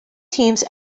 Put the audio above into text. teams